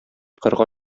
кырга